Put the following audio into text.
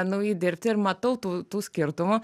nauji dirbti ir matau tų tų skirtumų